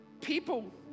people